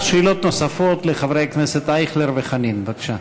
שאלות נוספות לחברי הכנסת אייכלר וחנין, בבקשה.